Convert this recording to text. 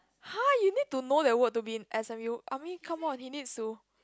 !huh! you need to know that word to be in S_N_U I mean come on he needs to